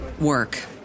work